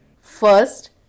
first